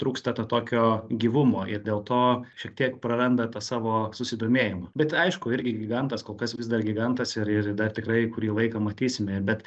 trūksta to tokio gyvumo ir dėl to šiek tiek praranda tą savo susidomėjimą bet aišku irgi gigantas kol kas vis dar gigantas ir ir dar tikrai kurį laiką matysime bet